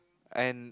and